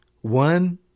One